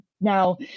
now